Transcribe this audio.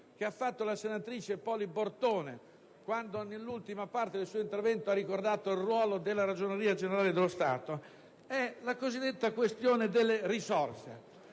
e dalla senatrice Poli Bortone che, nell'ultima parte del suo intervento, ha ricordato il ruolo della Ragioneria generale dello Stato) è la cosiddetta questione delle risorse.